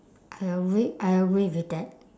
I agreed I agree with that